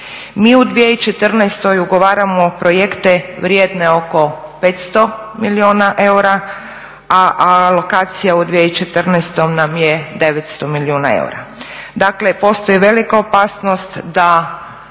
Mi u 2014.ugovaramo projekte vrijedne oko 500 milijuna eura, a alokacija u 2014.nam je 900 milijuna eura. Dakle postoji velika opasnost da